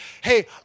hey